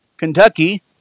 kentucky